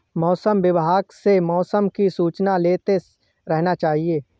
मौसम विभाग से मौसम की सूचना लेते रहना चाहिये?